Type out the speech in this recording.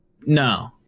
No